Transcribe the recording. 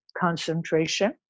concentration